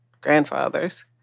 grandfathers